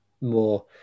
more